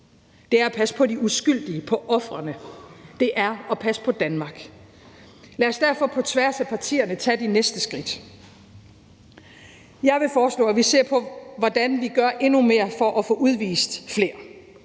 Det er at passe på de uskyldige og på ofrene. Det er at passe på Danmark. Lad os derfor på tværs af partierne tage de næste skridt. Jeg vil foreslå, at vi ser på, hvordan vi gør endnu mere for at få udvist flere.